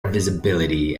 visibility